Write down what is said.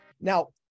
Now